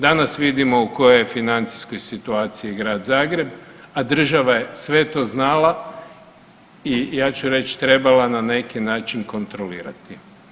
Danas vidimo u kojoj je financijskoj situaciji Grad Zagreb, a država je sve to znala i ja ću reć trebala na neki način kontrolirati.